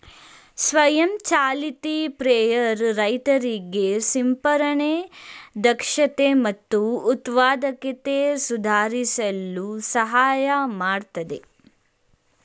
ಸ್ವಯಂ ಚಾಲಿತ ಸ್ಪ್ರೇಯರ್ ರೈತರಿಗೆ ಸಿಂಪರಣೆ ದಕ್ಷತೆ ಮತ್ತು ಉತ್ಪಾದಕತೆ ಸುಧಾರಿಸಲು ಸಹಾಯ ಮಾಡ್ತದೆ